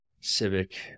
civic